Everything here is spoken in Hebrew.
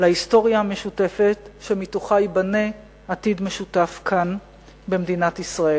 להיסטוריה המשותפת שמתוכה ייבנה עתיד משותף כאן במדינת ישראל.